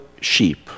Sheep